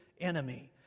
enemy